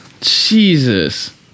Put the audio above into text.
Jesus